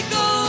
go